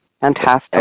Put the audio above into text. Fantastic